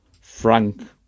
Frank